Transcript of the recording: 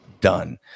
done